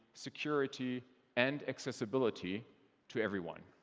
security, and accessibility to everyone.